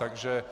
Takže